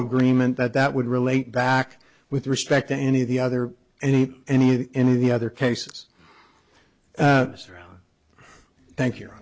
agreement that that would relate back with respect to any of the other any any of the any of the other cases thank you